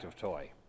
toy